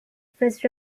first